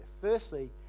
Firstly